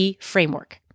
framework